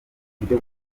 uburyo